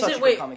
Wait